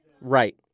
Right